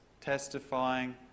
testifying